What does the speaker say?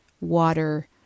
water